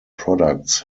products